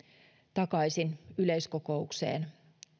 takaisin yleiskokoukseen